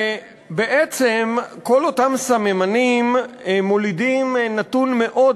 ובעצם כל אותם סממנים מולידים נתון מאוד